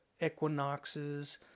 equinoxes